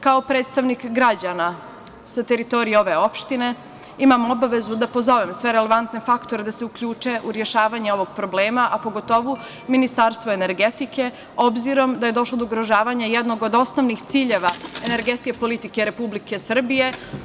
Kao predstavnik građana sa teritorije ove opštine imam obavezu da pozovem sve relevantne faktore da se uključe u rešavanje ovog problema, a pogotovu Ministarstvo energetike, obzirom da je došlo do ugrožavanja jednog od osnovnih ciljeva energetske politike Republike Srbije.